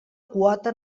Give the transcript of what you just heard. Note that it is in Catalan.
quota